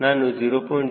ನಾನು 0